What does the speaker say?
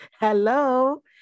Hello